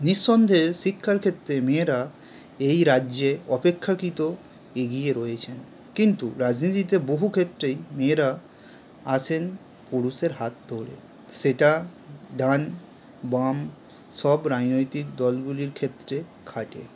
নিঃসন্দেহে শিক্ষার ক্ষেত্রে মেয়েরা এই রাজ্যে অপেক্ষাকৃত এগিয়ে রয়েছেন কিন্তু রাজনীতিতে বহু ক্ষেত্রেই মেয়েরা আসেন পুরুষের হাত ধরে সেটা ডান বাম সব রাজনৈতিক দলগুলির ক্ষেত্রে খাটে